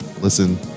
listen